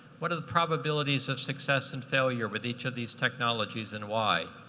what are the probabilities of success and failure with each of these technologies and why?